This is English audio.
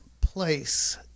place